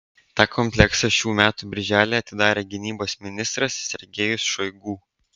tą kompleksą šių metų birželį atidarė gynybos ministras sergejus šoigu